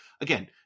again